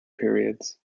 periods